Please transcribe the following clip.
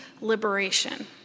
liberation